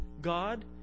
God